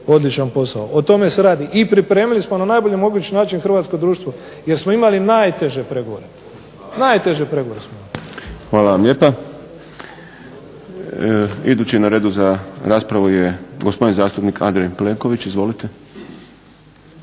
odličan posao. O tome se radi. I pripremili smo na najbolji mogući način hrvatsko društvo jer smo imali najteže pregovore. Najteže pregovore smo imali. **Šprem, Boris (SDP)** Hvala vam lijepa. Idući na redu za raspravu je gospodin zastupnik Andrej Plenković. Izvolite.